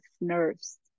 nerves